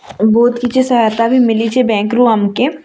ବହୁତ୍ କିଛି ସହାୟତା ବି ମିଲିଛି ବ୍ୟାଙ୍କ୍ରୁ ଆମ୍କେ